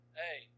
hey